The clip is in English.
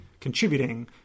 contributing